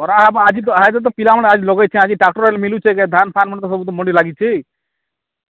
କରା ହବ ଆଜି ତ ଆଜି ତ ପିଲାମାନେ ଆଜି ଲଗେଇଛି ଆଜି ଟ୍ରାକ୍ଟର୍ ଆଜି ମିଲୁଛେ ଯେ ଧାନଫାନ ମାନେ ସବୁ ତ ମଣ୍ଡି ଲାଗିଛି